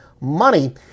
money